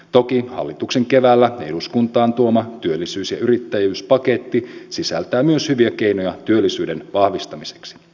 toki hallituksen keväällä eduskuntaan tuoma työllisyys ja yrittäjyyspaketti sisältää myös hyviä keinoja työllisyyden vahvistamiseksi